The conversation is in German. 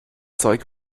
zeug